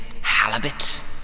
halibut